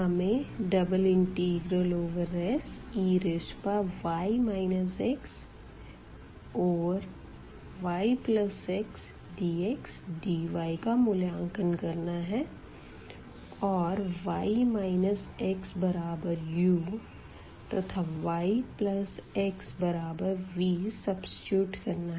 हमें Sey xyxdxdy का मूल्यांकन करना है और y xuतथा yxv सब्सीट्यूट करना है